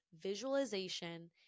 visualization